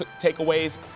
takeaways